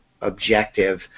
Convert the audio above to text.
objective